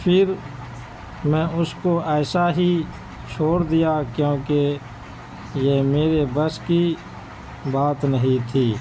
پھر میں اس کو ایسا ہی چھوڑ دیا کیونکہ یہ میرے بس کی بات نہیں تھی